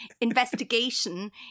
investigation